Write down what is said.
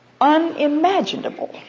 unimaginable